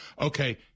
Okay